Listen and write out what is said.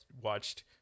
watched